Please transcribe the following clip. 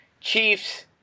Chiefs